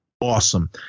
awesome